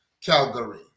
Calgary